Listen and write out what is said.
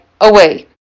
away